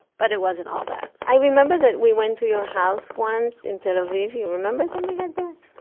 but it wasn't all that i remember that we went to your house once in tel-aviv. you remember something like that,